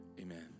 amen